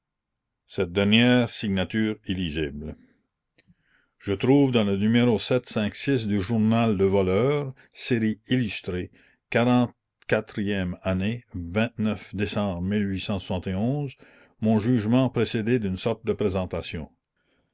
cette dernière signature illisible je trouve dans le numéro du journal le voleur série illustré année mon jugement précédé d'une sorte de présentation